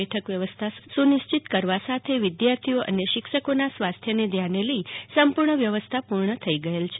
બેઠક વ્યવસ્થા સુનિશ્ચિત કરવા સાથે વિધાર્થીઓ અને શિક્ષકોના સ્વાસ્થ્યને ધ્યાને લઈ સંપુર્ણ વ્યવસ્થા પુર્ણ થઈ ગયેલ છે